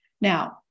Now